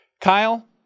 kyle